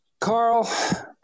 Carl